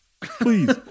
Please